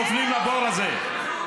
נופלים לבור הזה.